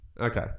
Okay